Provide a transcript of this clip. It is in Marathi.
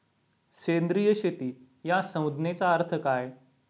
सेंद्रिय शेती या संज्ञेचा अर्थ काय?